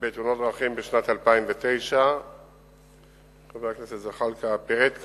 בתאונות דרכים בשנת 2009. חבר הכנסת זחאלקה פירט כאן,